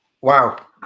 wow